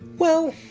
well,